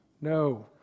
No